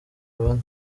bane